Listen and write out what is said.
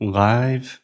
live